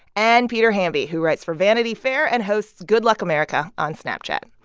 and peter hamby, who writes for vanity fair and hosts good luck america on snapchat.